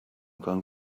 going